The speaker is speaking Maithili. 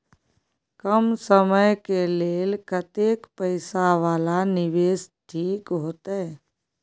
कम समय के लेल कतेक पैसा वाला निवेश ठीक होते?